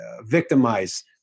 victimize